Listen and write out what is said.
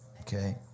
okay